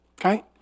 okay